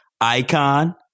Icon